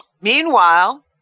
Meanwhile